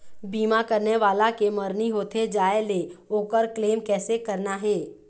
बीमा करने वाला के मरनी होथे जाय ले, ओकर क्लेम कैसे करना हे?